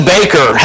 Baker